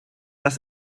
das